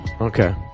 Okay